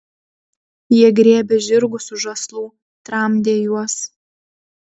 jie griebė žirgus už žąslų tramdė juos